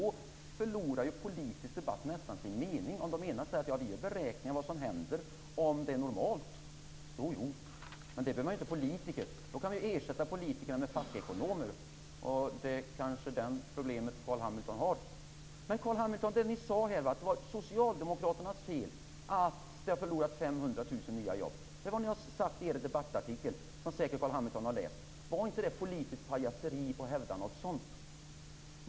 Men en politisk debatt förlorar ju nästan sin mening om man säger att man gör en beräkning av vad som händer om det är normalt. Jo, jo, men då behöver man ju inte politiker. Då kan vi ersätta politiker med fackekonomer, och det kanske är det problem som Carl Hamilton har. Men, Carl Hamilton, ni har sagt att det är socialdemokraternas fel att vi har förlorat 500 000 nya jobb. Det är vad ni har sagt i er debattartikel, som Carl Hamilton säkert har läst. Var det inte politiskt pajaseri att hävda något sådant?